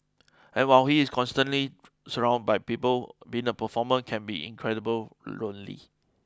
and while he is constantly surround by people being a performer can be incredible lonely